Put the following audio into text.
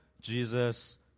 Jesus